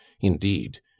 Indeed